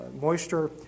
moisture